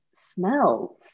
smells